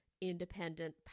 independent